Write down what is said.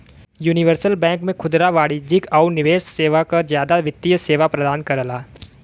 universal bank में खुदरा वाणिज्यिक आउर निवेश सेवा क जादा वित्तीय सेवा प्रदान करला